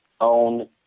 own